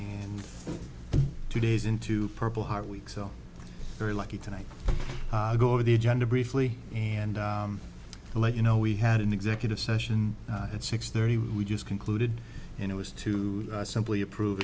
and two days into purpleheart week so very lucky tonight go over the agenda briefly and to let you know we had an executive session at six thirty we just concluded it was to simply approve